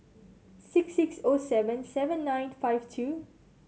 six six O seven seven nine five two